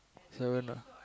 seven ah